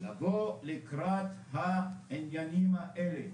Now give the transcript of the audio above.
לבוא לקראת העניינים האלה,